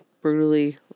brutally